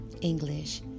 English